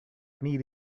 need